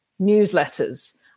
newsletters